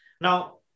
now